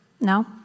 No